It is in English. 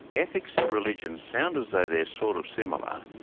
ethic so and religion sound as though they're sort of similar,